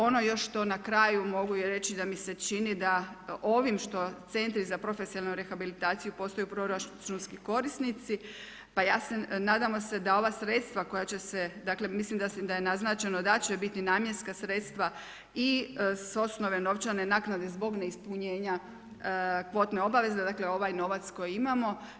Ono još što na kraju mogu i reći, da mi se čini da ovim što centri za profesionalnu rehabilitaciju postaju proračunski korisnici, pa ja se, nadamo se da ova sredstva koja će se dakle, mislim da je naznačeno, da će biti namjenska sredstva i s osnove novčane naknade zbog neispunjenja kvotne obaveze, dakle, ovaj novac koji imamo.